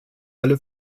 alle